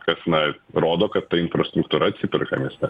kas na rodo kad ta infrastruktūra atsiperka mieste